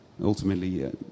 ultimately